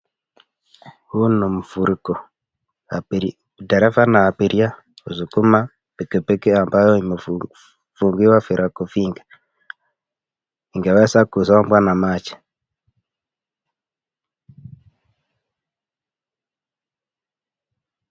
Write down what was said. Huu ni mfuriko. Dereva na abiria kusukuma pikipiki ambayo imefungiwa virago vingi, ingeweza kusombwa na maji.